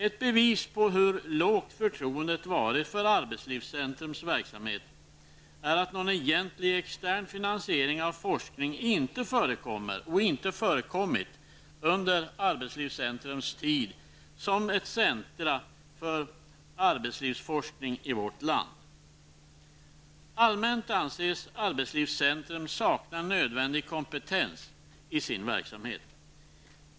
Ett bevis på hur lågt förtroendet varit för arbetslivscentrums verksamhet är att någon egentlig extern finansiering av forskning inte förekommer och inte förekommit under arbetslivscentrums tid som centrum för arbetslivsforskning i vårt land. Allmänt anses arbetslivscentrum sakna nödvändig kompetens i sin verksamhet.